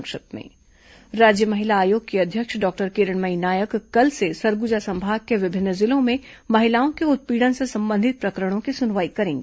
संक्षिप्त समाचार राज्य महिला आयोग की अध्यक्ष डॉक्टर किरणमयी नायक कल से सरगुजा संभाग के विभिन्न जिलों में महिलाओं के उत्पीड़न से संबंधित प्रकरणों की सुनवाई करेंगी